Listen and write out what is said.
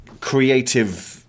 creative